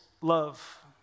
love